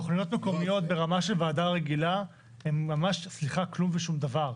תכניות רגילות בוועדה רגילה הן ממש כלום ושום דבר.